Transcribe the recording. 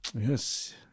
yes